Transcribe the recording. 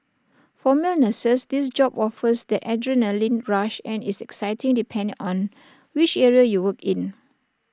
for male nurses this job offers that adrenalin rush and is exciting depending on which area you work in